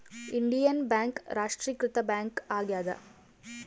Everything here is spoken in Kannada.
ಇಂಡಿಯನ್ ಬ್ಯಾಂಕ್ ರಾಷ್ಟ್ರೀಕೃತ ಬ್ಯಾಂಕ್ ಆಗ್ಯಾದ